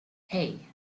hey